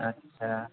आटसा